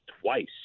twice